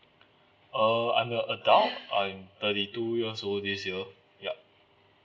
uh I'm a adult I'm thirty two years old this year yup